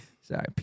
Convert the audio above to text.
Sorry